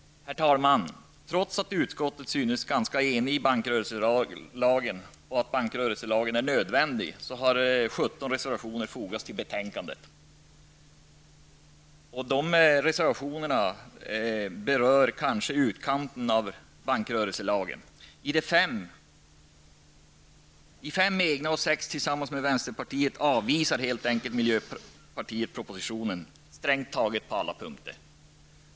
Herr talman! Trots att utskottet synes ganska enigt om att en ny bankrörelselag är nödvändig, har 17 Reservationerna berör ''utkanten'' av bankrörelselagen. I fem egna reservationer och sex tillsammans med vänsterpartiet avvisar miljöpartiet propositionen strängt taget på alla punkter.